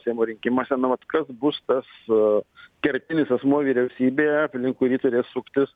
seimo rinkimuose nu vat kas bus tas kertinis asmuo vyriausybėje aplink kurį turės suktis